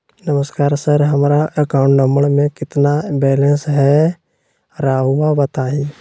नमस्कार सर हमरा account number में कितना बैलेंस हेई राहुर बताई?